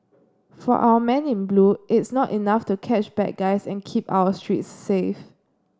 for our men in blue it's not enough to catch bad guys and keep our streets safe